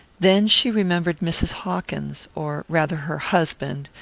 then she remembered mrs. hawkins, or rather her husband,